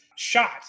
Shot